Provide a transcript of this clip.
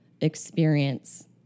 experience